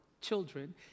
children